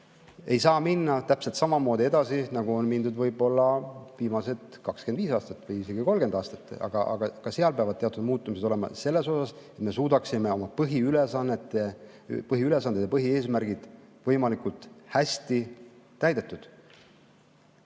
Ei saa minna täpselt samamoodi edasi, nagu on mindud võib-olla viimased 25 aastat või isegi 30 aastat. Ka seal peavad teatud muutused olema selleks, et me suudaksime oma põhiülesanded ja põhieesmärgid võimalikult hästi täita.